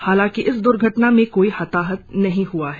हालाकि इस द्र्घटना में कोई हताहत नहीं हआ है